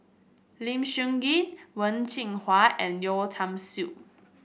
Lim Sun Gee Wen Jinhua and Yeo Tiam Siew